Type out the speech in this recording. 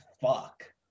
fuck